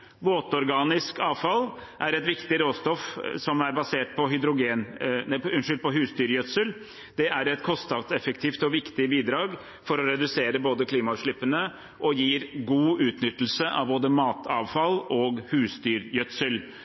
Våtorganisk avfall er et viktig råstoff basert på husdyrgjødsel. Det er et kostnadseffektivt og viktig bidrag for å redusere klimagassutslippene og gir god utnyttelse av både matavfall og husdyrgjødsel.